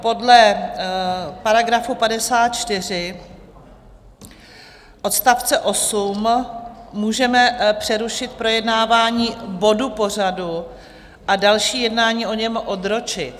Podle § 54 odst. 8 můžeme přerušit projednávání bodu pořadu a další jednání o něm odročit.